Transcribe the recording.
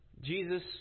Jesus